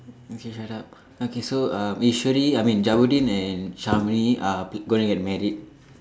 okay shut up okay so uh Eswari I mean Jabudeen and Shamini are going to get married